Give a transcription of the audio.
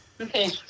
Okay